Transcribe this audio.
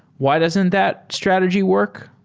why doesn't that strategy work?